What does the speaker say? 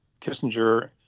Kissinger